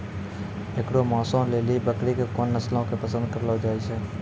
एकरो मांसो लेली बकरी के कोन नस्लो के पसंद करलो जाय छै?